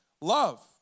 love